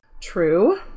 True